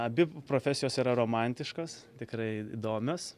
abi profesijos yra romantiškos tikrai įdomios